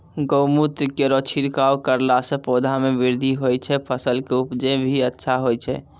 गौमूत्र केरो छिड़काव करला से पौधा मे बृद्धि होय छै फसल के उपजे भी अच्छा होय छै?